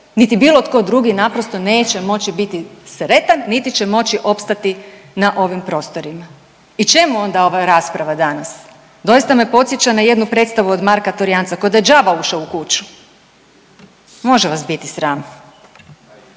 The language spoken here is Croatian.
niti bilo tko drugi naprosto neće moći biti sretan niti će moći opstati na ovim prostorima. I čemu onda ova rasprava danas? Doista me podsjeća na jednu predstavu od Marka Torjanca ko' da je đava ušao u kuću. Može vas biti sram!